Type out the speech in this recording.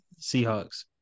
Seahawks